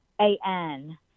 A-N